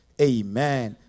amen